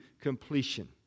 completion